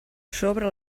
sobre